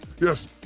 Yes